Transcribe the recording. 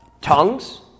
tongues